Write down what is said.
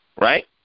right